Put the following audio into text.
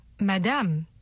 Madame